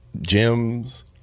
gems